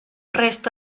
resta